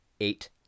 eight